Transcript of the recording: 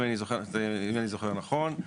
אם אני זוכר נכון,